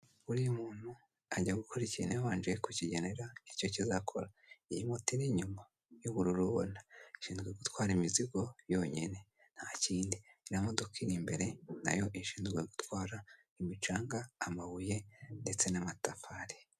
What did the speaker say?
Buriya umuntu ajya gukora ikintu yarabanje kukigenera icyo kizakora. Iyi moto iri inyuma y'ubururu ubona ishinzwe gutwara imizigo ntakindi, iriya modoka iri imbere nayo ishinzwe gutwara imicanga, amabuye ndetse n'amatafari.